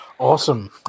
Awesome